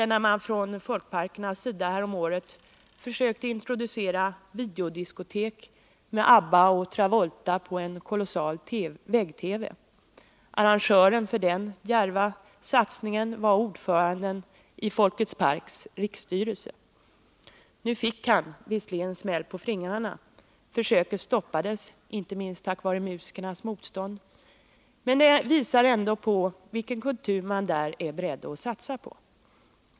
Och när man från Folkparkernas sida häromåret försökte introducera videodiskotek med ABBA och Travolta på en kolossal vägg-TV, så var arrangören för den djärva satsningen ordföranden i Folkparkernas riksstyrelse. Nu fick han visserligen smäll på fingrarna — försöket stoppades, inte minst tack vare musikernas motstånd — men det visar ändå vilken kultur man är beredd att satsa på.